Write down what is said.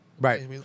Right